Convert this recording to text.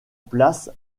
place